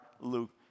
Luke